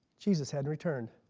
jesus hadn't returned.